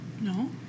No